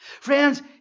Friends